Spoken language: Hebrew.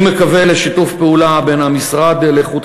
אני מקווה לשיתוף פעולה בין המשרד להגנת